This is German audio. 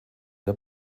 der